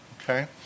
Okay